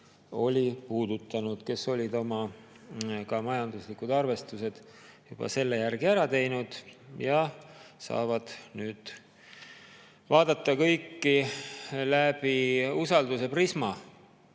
oli puudutanud, kes olid oma majanduslikud arvestused selle järgi juba ära teinud. Nüüd saavad nad vaadata kõike läbi usalduse prisma